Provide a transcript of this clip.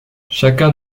chacun